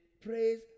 Praise